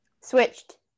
Switched